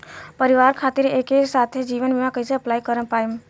परिवार खातिर एके साथे जीवन बीमा कैसे अप्लाई कर पाएम?